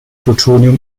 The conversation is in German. plutonium